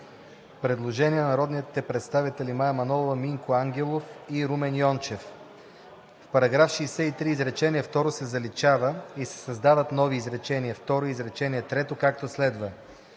предложение на народните представители Мая Манолова, Минко Ангелов и Румен Йончев. „В § 63, изречение 2 се заличава и се създават нови изречение 2 и изречение 3, както следва: